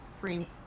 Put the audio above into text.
free